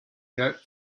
jerk